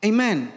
Amen